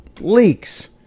leaks